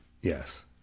Yes